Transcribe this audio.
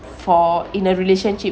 for in a relationship